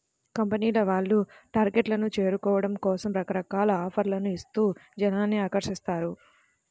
కంపెనీల వాళ్ళు టార్గెట్లను చేరుకోవడం కోసం రకరకాల ఆఫర్లను ఇస్తూ జనాల్ని ఆకర్షిస్తారు